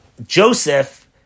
Joseph